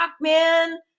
man